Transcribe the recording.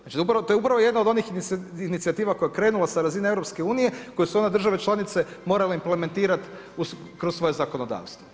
Znači to je upravo jedna od onih inicijativa koja je krenula sa razine EU koju su onda države članice morale implementirati kroz svoje zakonodavstvo.